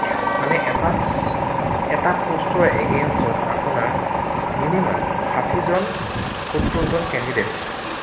মানে এটা এটা পষ্টৰ এগেইণষ্টত আপোনাৰ মিনিমাম ষাঠিজন সত্তৰজন কেণ্ডিডেট